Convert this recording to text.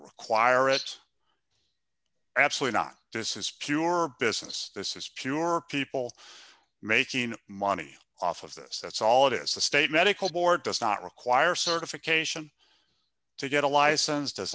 require it absolutely not this is pure business this is pure are people making money off of this that's all it is the state medical board does not require certification to get a license